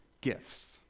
gifts